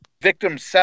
victim's